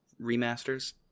remasters